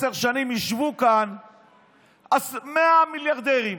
עשר שנים יישבו כאן 100 מיליארדרים.